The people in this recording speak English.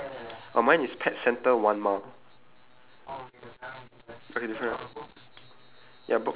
there's a lamppost and then there's a oh you mean the yellow colour one is it oh oh ya oh mine is pet centre one mile